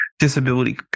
disability